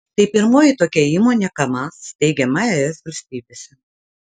tai pirmoji tokia įmonė kamaz steigiama es valstybėse